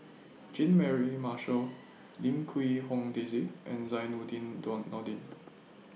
Jean Mary Marshall Lim Quee Hong Daisy and Zainudin Nordin